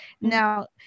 now